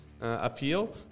appeal